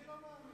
כי אני לא מאמין.